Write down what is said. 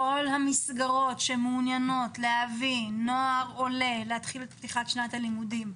כל המסגרות שמעוניינות להביא נוער עולה להתחיל את פתיחת שנת הלימודים,